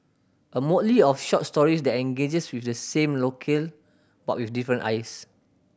a motley of short stories that engages with the same locale but with different eyes